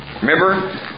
Remember